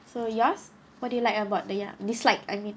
so yours what do you like about the ya dislike I mean